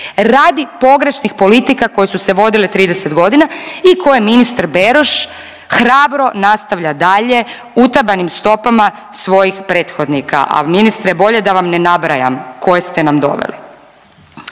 radi pogrešnih politika koje su se vodile 30 godina i koje ministar Beroš hrabro nastavlja dalje utabanim stopama svojih prethodnika, a ministre, bolje da vam ne nabrajam koje ste nam doveli.